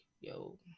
yo